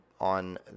on